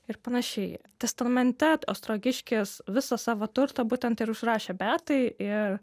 ir panašiai testamente ostrogiškis visą savo turtą būtent ir užrašė beatai ir